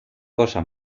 cosa